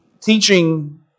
teaching